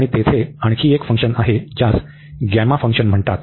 आणि तिथे आणखी एक फंक्शन आहे ज्यास गॅमा फंक्शन म्हणतात